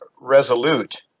Resolute